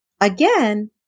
Again